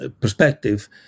perspective